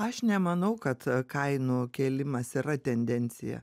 aš nemanau kad kainų kėlimas yra tendencija